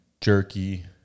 jerky